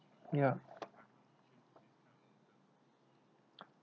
ya